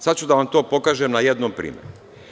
Sada ću to da vam pokažem na jednom primeru.